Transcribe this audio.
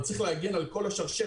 אבל צריך להגן על כל השרשרת.